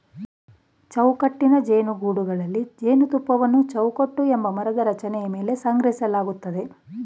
ಚೌಕಟ್ಟಿನ ಜೇನುಗೂಡುಗಳಲ್ಲಿ ಜೇನುತುಪ್ಪವನ್ನು ಚೌಕಟ್ಟು ಎಂಬ ಮರದ ರಚನೆ ಮೇಲೆ ಸಂಗ್ರಹಿಸಲಾಗ್ತದೆ